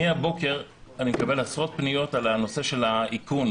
מהבוקר אני מקבל עשרות פניות על נושא האיכון,